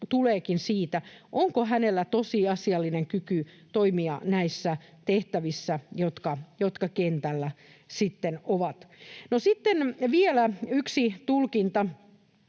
tuleekin siitä, onko hänellä tosiasiallinen kyky toimia näissä tehtävissä, jotka kentällä sitten on. No sitten vielä yksi tulkinta